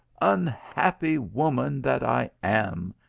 unhappy woman that i am!